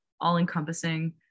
all-encompassing